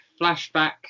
flashback